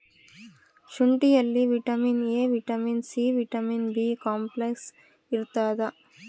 ಶುಂಠಿಯಲ್ಲಿ vitamin A vitamin C vitamin B complex ಇರ್ತಾದ